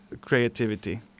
creativity